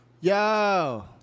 Yo